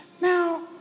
Now